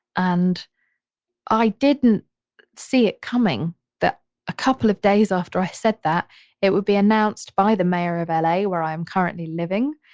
and i didn't see it coming that a couple of days after i said that it would be announced by the mayor of l a, where i am currently living,